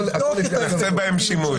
נבדוק את האפקטיביות שלהם.